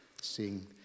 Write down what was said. seeing